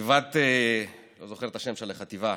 אני לא זוכר את השם של החטיבה,